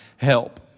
Help